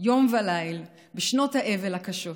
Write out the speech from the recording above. יום ולילה בשנות האבל הקשות,